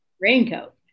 Raincoat